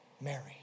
Mary